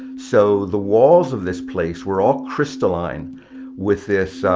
so the walls of this place were all crystalline with this